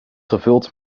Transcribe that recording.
gevuld